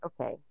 okay